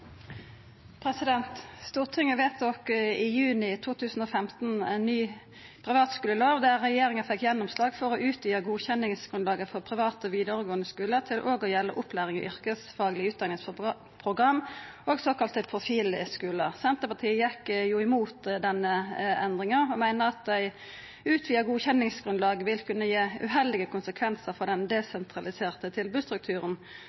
Stortinget vedtok i juni 2015 ei ny privatskulelov, der regjeringa fekk gjennomslag for å utvida godkjenningsgrunnlaget for private vidaregåande skular til òg å gjelda opplæring i yrkesfaglege utdanningsprogram og såkalla profilskular. Senterpartiet gjekk imot denne endringa og meiner at eit utvida godkjenningsgrunnlag vil kunna gi uheldige konsekvensar for den